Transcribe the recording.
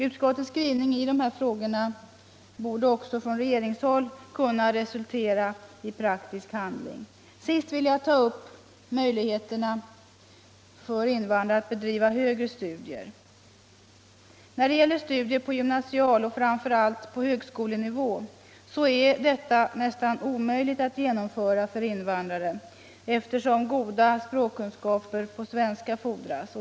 Utskottets 210 skrivning i dessa frågor borde också från regeringshåll kunna resultera i praktisk handling. Till sist vill jag ta upp möjligheterna för invandrare att bedriva högre studier. Studier på gymnasial och framför allt på högskolenivå är nästan omöjliga för invandrare att genomföra, eftersom goda kunskaper i svenska fordras.